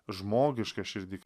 žmogišką širdį